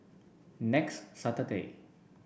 next Saturday